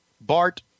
Bart